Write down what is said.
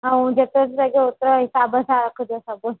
ऐं जेतिरो जेको ओतिरो हिसाब सां रखिजो सभु